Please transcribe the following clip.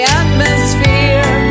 atmosphere